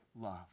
love